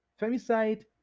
Femicide